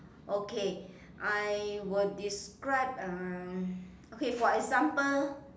okay I will describe uh okay for example